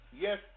Yes